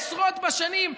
עשרות בשנים,